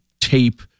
tape